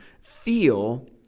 feel